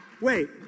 Wait